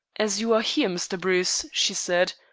as you are here, mr. bruce, she said,